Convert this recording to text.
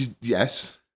Yes